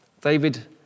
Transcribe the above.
David